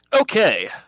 okay